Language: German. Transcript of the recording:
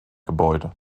gebäude